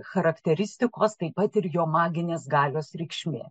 charakteristikos taip pat ir jo maginės galios reikšmė